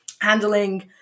handling